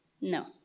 No